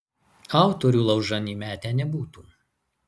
autorių laužan įmetę nebūtų